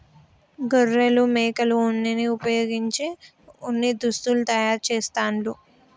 గొర్రెలు మేకల ఉన్నిని వుపయోగించి ఉన్ని దుస్తులు తయారు చేస్తాండ్లు